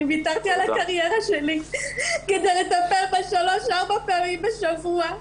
אני ויתרתי על הקריירה שלי כדי לטפל בה שלוש ארבע פעמים בשבוע,